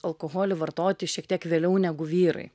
alkoholį vartoti šiek tiek vėliau negu vyrai